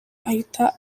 ahita